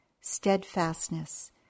steadfastness